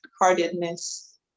heartedness